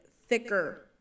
thicker